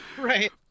Right